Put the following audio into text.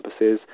campuses